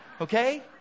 Okay